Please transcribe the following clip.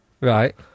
Right